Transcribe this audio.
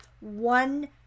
one